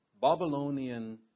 Babylonian